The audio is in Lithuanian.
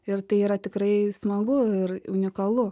ir tai yra tikrai smagu ir unikalu